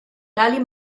tali